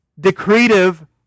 decretive